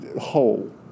whole